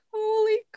holy